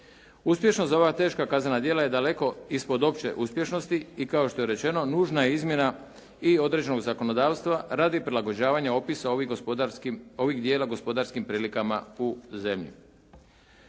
Uspješnost za ova teška kaznena djela je daleko ispod opće uspješnosti i kao što je rečeno nužna je izmjena i određenog zakonodavstva radi prilagođavanja ovih djela gospodarskim prilikama u zemlji.